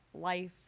life